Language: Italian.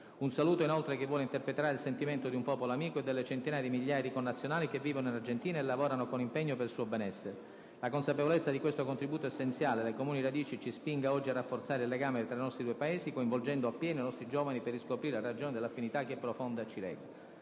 Un saluto, inoltre, che vuole interpretare il sentimento di un popolo amico e delle centinaia di migliaia di connazionali che vivono in Argentina e lavorano con impegno per il suo benessere. La consapevolezza di questo contributo essenziale, delle comuni radici, ci spinga oggi a rafforzare il legame tra i nostri due Paesi, coinvolgendo a pieno i nostri giovani per riscoprire le ragioni dell'affinità profonda che ci lega.